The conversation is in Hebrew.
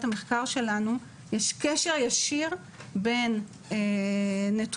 המחקר שלנו יש קשר ישיר בין נתוני